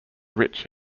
rich